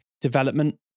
development